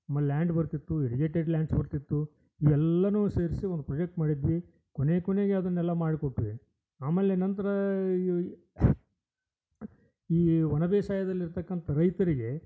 ಆಮೇಲೆ ಲ್ಯಾಂಡ್ ಬರ್ತಿತ್ತು irrigated lands ಬರ್ತಿತ್ತು ಇವೆಲ್ಲವೂ ಸೇರಿಸಿ ಒಂದು ಪ್ರಜೆಕ್ಟ್ ಮಾಡಿದ್ವಿ ಕೊನೆ ಕೊನೆಗೆ ಅದನ್ನೆಲ್ಲ ಮಾಡಿಕೊಟ್ವಿ ಆಮೇಲೆ ನಂತರಾ ಈ ಈ ಈ ಒಣ ಬೇಸಾಯದಲ್ಲಿ ಇರ್ತಕ್ಕಂಥ ರೈತರಿಗೆ